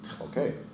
Okay